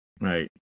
Right